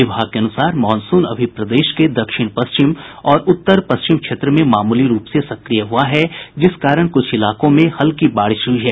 विभाग के अनुसार मॉनसून अभी प्रदेश के दक्षिण पश्चिम और उत्तर पश्चिम क्षेत्र में मामूली रूप से सक्रिय हुआ है जिस कारण कुछ इलाकों में हल्की बारिश हुयी है